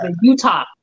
Utah